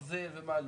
ברזל ומה לא.